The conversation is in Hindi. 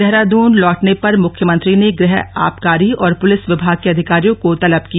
देहरादन लौटने पर मुख्यमंत्री ने गह आबकारी और पुलिस विमाग के अधिकारियों को तलब किया